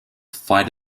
fight